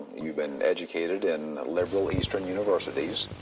you've been educated in liberal, eastern universities.